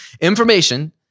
Information